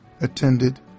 attended